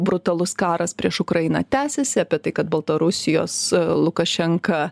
brutalus karas prieš ukrainą tęsiasi apie tai kad baltarusijos lukašenka